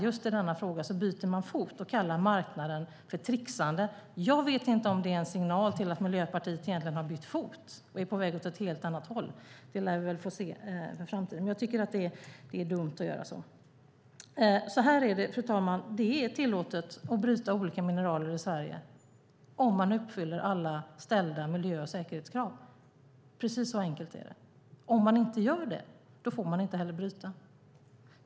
Just i denna fråga byter man fot och kallar marknaden "tricksande". Jag vet inte om det en signal om att Miljöpartiet har bytt fot och är på väg åt ett helt annat håll. Det lär vi väl få se i framtiden. Jag tycker att det är dumt att göra så. Det är så här, fru talman: Det är tillåtet att bryta olika mineraler i Sverige om man uppfyller alla ställda miljö och säkerhetskrav. Precis så enkelt är det. Om man inte gör det får man inte heller bryta.